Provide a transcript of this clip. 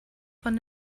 von